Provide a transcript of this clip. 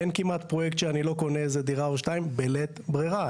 אין כמעט פרויקט שאני לא קונה איזו דירה או שתיים בלית ברירה.